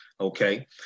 Okay